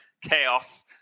chaos